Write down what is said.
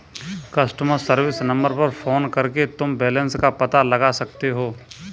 customer service number पर phone करके तुम बैलन्स का पता लगा सकते हो